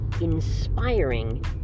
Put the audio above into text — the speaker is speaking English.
inspiring